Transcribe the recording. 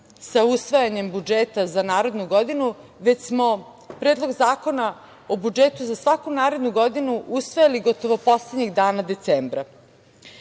sa usvajanjem budžeta za narednu godinu, već smo Predlog zakona o budžetu za svaku narednu godinu usvajali gotovo poslednjih dana decembra.Za